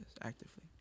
actively